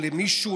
או למישהו,